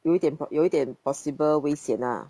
有一点有一点 possible 危险 ah